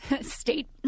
state